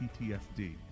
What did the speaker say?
PTSD